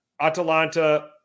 Atalanta